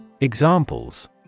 Examples